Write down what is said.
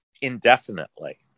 indefinitely